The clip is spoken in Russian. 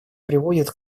приводит